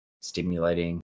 stimulating